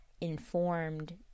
informed